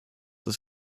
ist